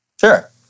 Sure